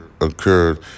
occurred